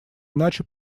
иначе